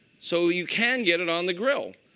so you can get it on the grill.